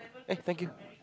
eh thank you